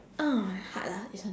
uh lah it's